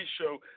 show